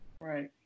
right